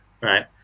right